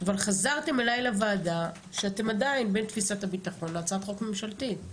אבל חזרתם אליי לוועדה שאתם עדיין בין תפיסת הביטחון להצעת חוק ממשלתית,